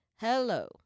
Hello